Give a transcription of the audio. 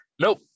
Nope